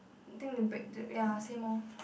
think we break it ya same lor